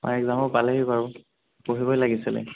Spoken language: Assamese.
অঁ একজামো পালেহি বাৰু পঢ়িব লাগিছিলে